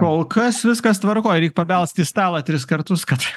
kol kas viskas tvarkoj reik pabelst į stalą tris kartus kad